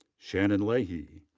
shannon leahy.